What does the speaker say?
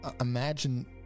imagine